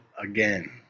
again